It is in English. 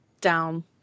down